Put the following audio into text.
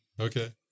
Okay